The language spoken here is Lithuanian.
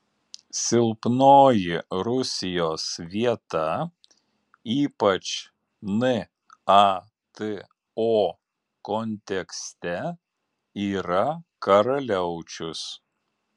silpnoji rusijos vieta ypač nato kontekste yra karaliaučius